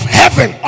heaven